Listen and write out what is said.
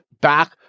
back